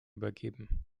übergeben